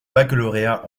baccalauréat